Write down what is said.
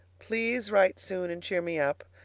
please write soon, and cheer me up.